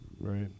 right